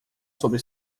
sobre